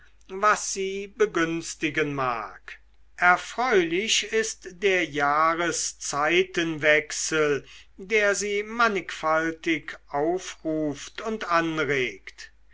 was sie begünstigen mag erfreulich ist der jahreszeitenwechsel der sie mannigfaltig aufruft und anregt